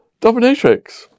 dominatrix